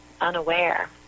unaware